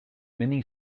many